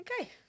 Okay